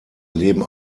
leben